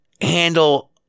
handle